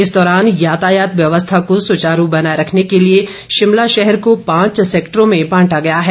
इस दौरान यातायात व्यवस्था को सुचारू बनाए रखने के लिए शिमला शहर को पांच सैक्टरों में बांटा गया है